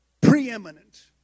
preeminent